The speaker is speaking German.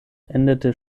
endete